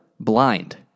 blind